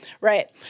Right